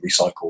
recycled